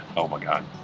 oh my god,